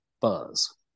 buzz